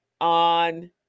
on